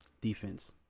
defense